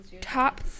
top